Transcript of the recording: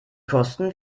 kosten